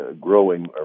growing